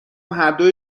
هردو